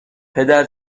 پدر